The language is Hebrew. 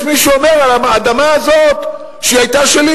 יש מישהו שאומר, על האדמה הזו, שהיתה שלי.